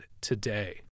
today